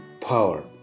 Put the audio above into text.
power